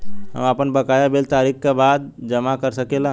हम आपन बकाया बिल तारीख क बाद जमा कर सकेला?